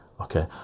okay